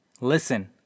Listen